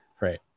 right